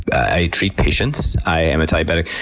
i treat patients. i am a diabetic,